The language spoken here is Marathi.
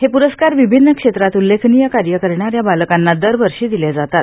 हे पुरस्कार विभिन्न क्षेत्रात उल्लेखनीय कार्य करणाऱ्या बालकांना दरवर्षी दिले जातात